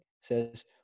says